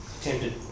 attempted